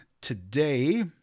today